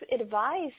advice